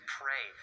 pray